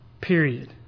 period